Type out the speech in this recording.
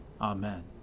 Amen